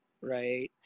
right